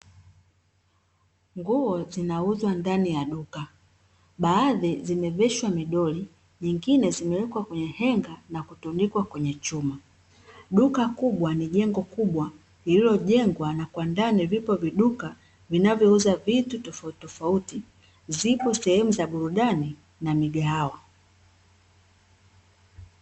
Nguo zinauzwa ndani ya duka, baadhi zimevishwa midoli nyingine zimewekwa kwenye henga na kutundikwa kwenye chuma. Duka kubwa ni jengo kubwa, lililojengwa na kwa ndani vipo viduka vinavyouza vitu tofautitofauti, zipo sehemu za burudani na migahawa.